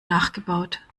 nachgebaut